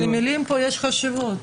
למילים פה יש חשיבות.